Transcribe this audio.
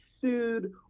sued